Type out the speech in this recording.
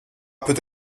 peut